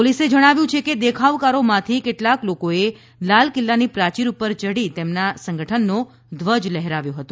પોલીસે જણાવ્યું કે દેખાવકારોમાંથી કેટલાક લોકોએ લાલકિલ્લાની પ્રાચીર પર યઢી તેમના સંગઠનનો ધ્વજ લહેરાવ્યો હતો